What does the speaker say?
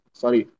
sorry